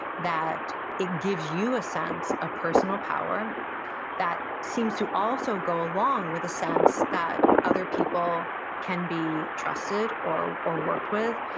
that it gives you a sense of personal power that seems to also go along with a sense that other people can be trusted or or worked with,